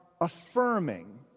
affirming